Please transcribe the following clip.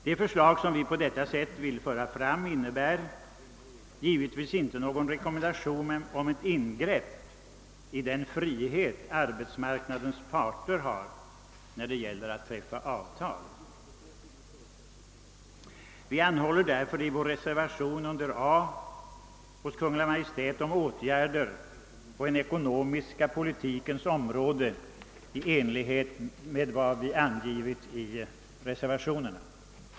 Det förslag som vi på detta sätt vill föra fram innebär givetvis inte någon rekommendation om ingrepp i den frihet arbetsmarknadens parter har när det gäller att träffa avtal. Vi hemställer därför i vår reservation att riksdagen hos Kungl. Maj:t anhåller om åtgärder på den ekonomiska politikens område i enlighet med vad som anförts i reservationen.